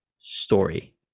story